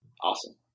Awesome